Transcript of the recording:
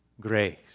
grace